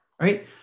right